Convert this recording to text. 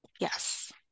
Yes